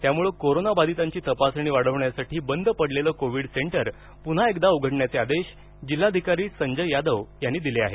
त्यामुळे कोरोना बाधितांची तपासणी वाढविण्यासाठी बंद पडलेले कोविड सेंटर पुन्हा एकदा उघडण्याचे आदेश जिल्हाधिकारी संजय यादव यांनी दिले आहेत